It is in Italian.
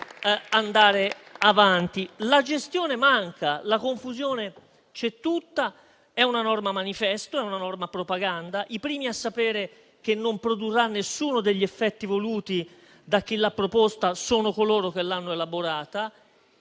La gestione manca, la confusione c'è tutta; è una norma manifesto, una norma propaganda. I primi a sapere che non produrrà nessuno degli effetti voluti da chi l'ha proposta sono coloro che l'hanno elaborata.